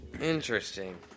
Interesting